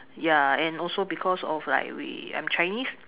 ya and also because of like we I am Chinese